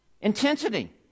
intensity